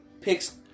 picks